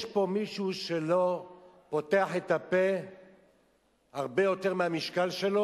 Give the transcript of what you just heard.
יש פה מישהו שלא פותח את הפה הרבה יותר מהמשקל שלו?